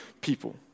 people